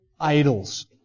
Idols